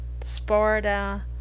Sparta